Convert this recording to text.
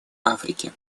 африки